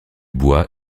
bois